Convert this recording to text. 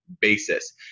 basis